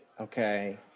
okay